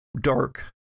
dark